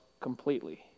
completely